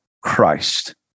Christ